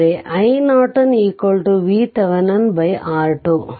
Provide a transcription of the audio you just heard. ಅಂದರೆ i iNorton VTheveninR2